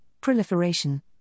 proliferation